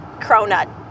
cronut